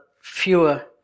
fewer